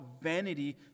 vanity